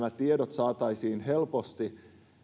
saataisiin helposti